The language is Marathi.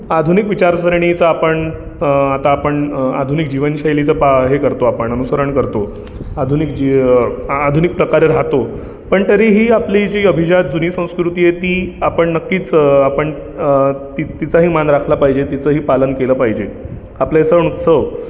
आधुनिक विचारसरणीचा आपण आता आपण आधुनिक जीवनशैलीचा पा हे करतो आपण अनुसरण करतो आधुनिक जी आधुनिक प्रकारे राहतो पण तरीही आपली जी अभिजात जुनी संस्कृती आहे ती आपण नक्कीच आपण तिच तिचाही मान राखला पाहिजे तिचंही पालन केलं पाहिजे आपले सण उत्सव